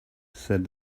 said